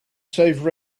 save